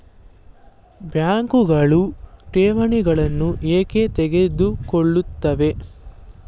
ಬ್ಯಾಂಕುಗಳು ಠೇವಣಿಗಳನ್ನು ಏಕೆ ತೆಗೆದುಕೊಳ್ಳುತ್ತವೆ?